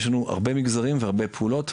יש לנו הרבה מגזרים והרבה פעולות.